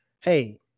hey